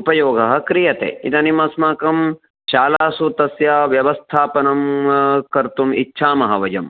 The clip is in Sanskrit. उपयोगं क्रियते इदानीम् अस्माकं शालासु तस्य व्यवस्थापनं कर्तुम् इच्छामः वयं